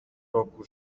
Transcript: roku